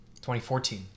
2014